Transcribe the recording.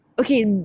Okay